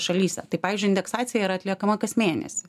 šalyse tai pavyzdžiui indeksacija yra atliekama kas mėnesį